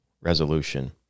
resolution